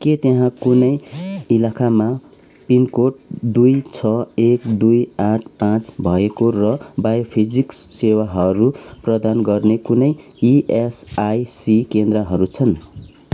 के त्यहाँ कुनै इलाकामा पिनकोड दुई छ एक दुई आठ पाचँ भएको र बायोफिजिक्स सेवाहरू प्रदान गर्ने कुनै इएसआइसी केन्द्रहरू छन्